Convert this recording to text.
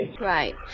Right